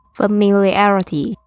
familiarity